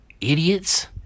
idiots